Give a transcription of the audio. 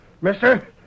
Mister